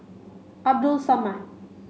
Abdul Samad